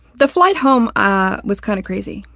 the flight home, ah, was kind of crazy.